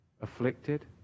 Afflicted